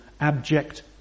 abject